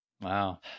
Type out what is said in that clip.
wow